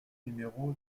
numéro